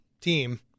team